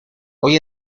hoy